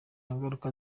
ngaruka